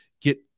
get